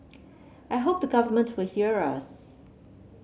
I hope the government will hear us